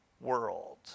world